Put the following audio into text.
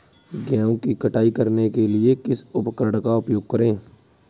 गेहूँ की कटाई करने के लिए किस उपकरण का उपयोग करें?